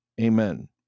Amen